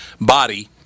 body